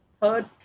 third